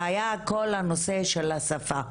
והיה את כל הנושא של השפה.